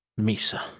Misa